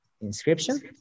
inscription